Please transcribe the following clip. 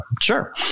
sure